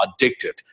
addicted